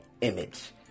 image